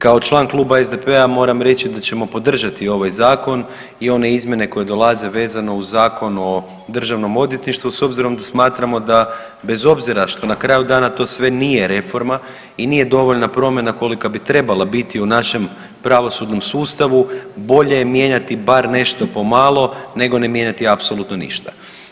Kao član Kluba SDP-a moram reći da ćemo podržati ovaj zakon i one izmjene koje dolaze vezano uz Zakon o državnom odvjetništvu s obzirom da smatramo da bez obzira što na kraju dana to sve nije reforma i nije dovoljna promjena kolika bi trebala biti u našem pravosudnom sustavu bolje je mijenjati bar nešto pomalo nego ne mijenjati apsolutno ništa.